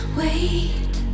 wait